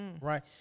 Right